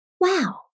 Wow